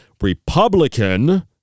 Republican